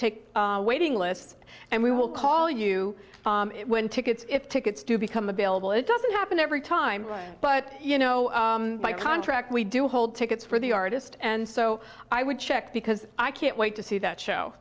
take waiting lists and we will call you when tickets if tickets do become available it doesn't happen every time but you know my contract we do hold tickets for the artist and so i would check because i can't wait to see that show